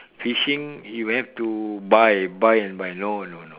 fishing you have to buy buy and buy no no no